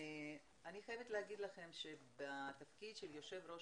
אני חייבת לומר לכם שבתפקיד יושב ראש